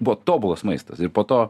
buvo tobulas maistas ir po to